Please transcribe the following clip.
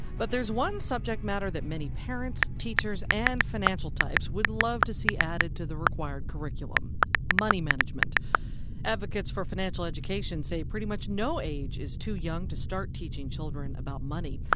but there's one subject matter that many parents, teachers, and financial-types would love to see added to the required curriculum money management advocates for financial education say pretty much no age is too young to start teaching children about money.